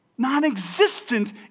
Non-existent